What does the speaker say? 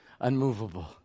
unmovable